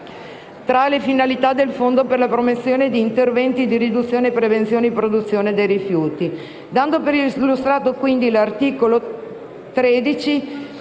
tra le finalità del fondo per la promozione di interventi di riduzione e prevenzione della produzione di rifiuti. Dando per illustrato precedentemente l'articolo 13,